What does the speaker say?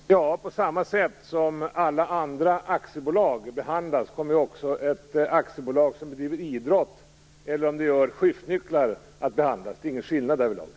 Fru talman! Ja, på samma sätt som alla andra aktiebolag behandlas kommer också ett aktiebolag som bedriver idrott eller tillverkar skiftnycklar att behandlas. Det är ingen skillnad därvidlag.